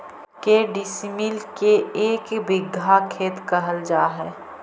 के डिसमिल के एक बिघा खेत कहल जा है?